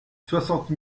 soixante